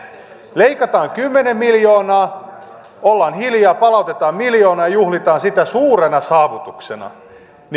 leikataan kymmenen miljoonaa ja ollaan hiljaa palautetaan miljoona ja juhlitaan sitä suurena saavutuksena